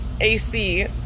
AC